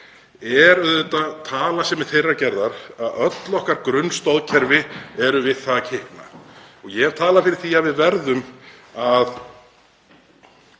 er tala sem er þeirrar gerðar að öll okkar grunnstoðkerfi eru við það að kikna. Ég hef talað fyrir því að við verðum að